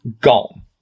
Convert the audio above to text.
gone